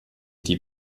die